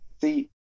see